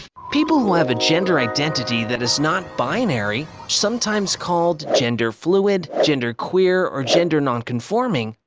people who have a gender identity that is not binary, sometimes called gender fluid, gender queer, or gender non-conforming,